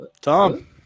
Tom